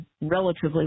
relatively